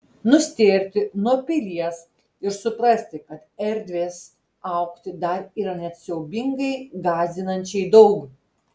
nustėrti nuo pilies ir suprasti kad erdvės augti dar yra net siaubingai gąsdinančiai daug